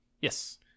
Yes